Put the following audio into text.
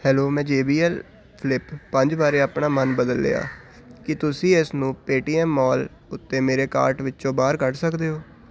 hello ਮੈਂ J B L flip ਪੰਜ ਵਾਰ ਆਪਣਾ ਮਨ ਬਦਲ ਲਿਆ ਕੀ ਤੁਸੀਂ ਇਸ ਨੂੰ ਪੇਟੀਐਮ ਮਾਲ ਉੱਤੇ ਮੇਰੇ ਕਾਰਟ ਵਿੱਚੋਂ ਬਾਹਰ ਕੱਢ ਸਕਦੇ ਹੋ